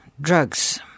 drugs